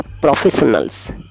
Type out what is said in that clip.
professionals